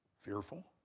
Fearful